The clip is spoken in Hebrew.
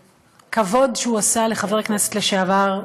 בכבוד שהוא עשה לחבר הכנסת לשעבר,